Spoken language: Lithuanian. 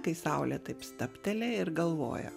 kai saulė taip stabteli ir galvoja